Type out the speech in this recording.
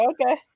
okay